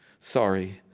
sorry,